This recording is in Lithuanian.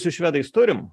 su švedais turim